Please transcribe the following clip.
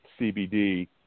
CBD